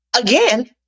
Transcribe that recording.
again